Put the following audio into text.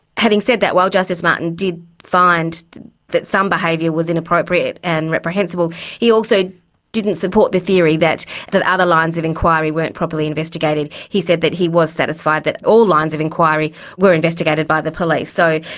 having said that, while justice martin did find that some behaviour was inappropriate and reprehensible he also didn't support the theory that that other lines of inquiry weren't properly investigated. he said that he was satisfied that all lines of inquiry were investigated by the police. so,